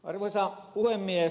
arvoisa puhemies